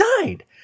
died